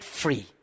free